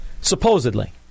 Supposedly